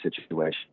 situation